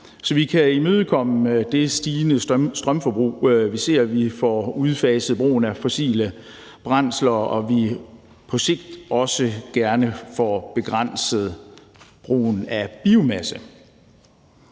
så vi kan imødekomme det stigende strømforbrug, vi ser, at vi får udfaset brugen af fossile brændsler, og at vi på sigt også gerne får begrænset brugen af biomasse.